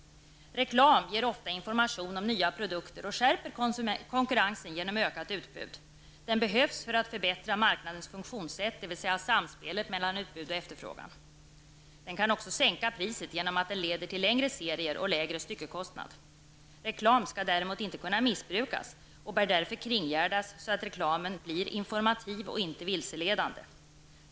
Reklam ger ofta information om nya produkter och skärper konkurrensen genom ökat utbud. Den behövs för att förbättra marknadens funktionssätt, dvs. samspelet mellan utbud och efterfrågan. Den kan också sänka priset genom att den leder till längre serier och lägre styckekostnad. Reklam skall däremot inte kunna missbrukas och bör därför kringgärdas så att reklamen blir informativ och inte vilseledande.